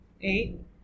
Eight